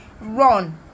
Run